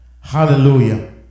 Hallelujah